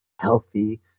healthy